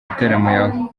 gitaramo